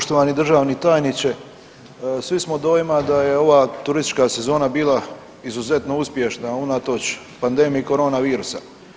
Poštovani državni tajniče svi smo dojma da je ova turistička sezona bila izuzetno uspješna unatoč pandemiji korona virusa.